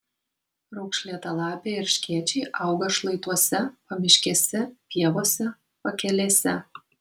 raukšlėtalapiai erškėčiai auga šlaituose pamiškėse pievose pakelėse